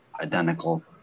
identical